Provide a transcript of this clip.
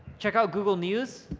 check out google news,